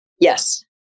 yes